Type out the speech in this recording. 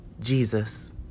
Jesus